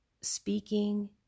speaking